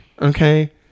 Okay